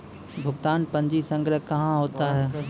भुगतान पंजी संग्रह कहां होता हैं?